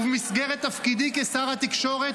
ובמסגרת תפקידי כשר התקשורת,